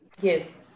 Yes